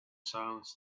silence